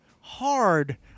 hard